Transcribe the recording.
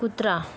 कुत्रा